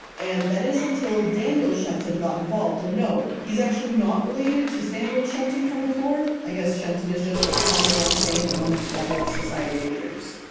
and that is until daniel shenton got involved. and no, he's actually not related to samuel shenton from before. i guess shenton is just a common last name among flat earth society leaders.